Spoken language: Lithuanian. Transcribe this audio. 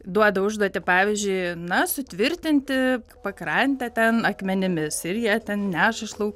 duodu užduotį pavyzdžiui na sutvirtinti pakrantę ten akmenimis ir jie ten neša iš lauko